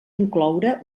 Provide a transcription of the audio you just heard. incloure